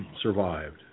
survived